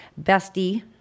bestie